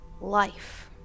life